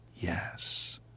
Yes